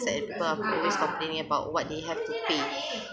and people are always complaining about what they have to pay